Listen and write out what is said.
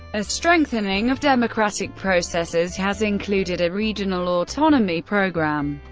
a strengthening of democratic processes has included a regional autonomy program,